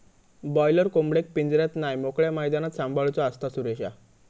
boiler कोंबडेक पिंजऱ्यात नाय मोकळ्या मैदानात सांभाळूचा असता, सुरेशा